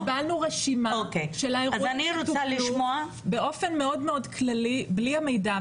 קיבלנו רשימה של האירועים שטופלו באופן מאוד מאוד כללי בלי המידע,